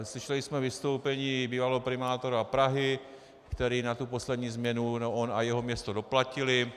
Slyšeli jsme vystoupení bývalého primátora Prahy, který na tu poslední změnu on a jeho město doplatili.